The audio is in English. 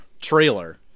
trailer